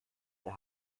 der